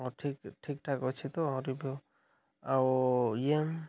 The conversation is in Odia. ହଁ ଠିକ୍ ଠିକ୍ଠାକ୍ ଅଛି ତ ରିଭ୍ୟୁ ଆଉ ଇଏ